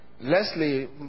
Leslie